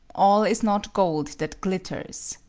all is not gold that glitters.